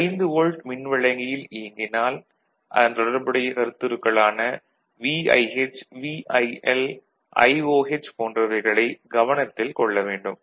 5 volt மின்வழங்கியில் இயங்கினால் அதன் தொடர்புடைய கருத்துருக்களான VIH VIL IOH போன்றவைகளைக் கவனத்தில் கொள்ள வேண்டும்